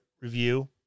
review